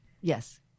yes